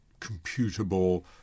computable